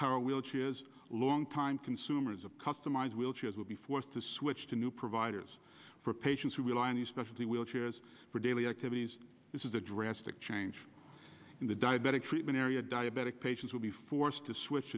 power wheelchair is long time consumers of customize wheelchairs will be forced to switch to new providers for patients who rely on the specialty wheelchairs for daily activities this is a drastic change in the diabetic treatment area diabetic patients will be forced to switch